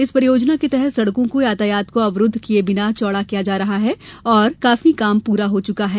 इस परियोजना के तहत सड़कों को यातायात को अवरुद्व किए बिना चौड़ा किया जा रहा है और काफी काम पूरा हो चुका है